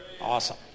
Awesome